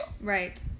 Right